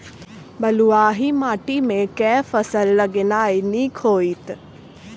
बलुआही माटि मे केँ फसल लगेनाइ नीक होइत?